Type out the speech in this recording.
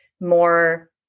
more